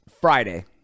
Friday